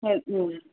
ம்